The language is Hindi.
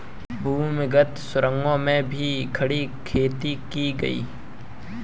भूमिगत सुरंगों में भी खड़ी खेती की गई